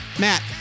Matt